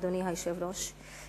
אדוני היושב-ראש,